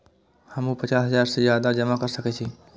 हमू पचास हजार से ज्यादा जमा कर सके छी?